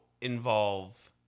involve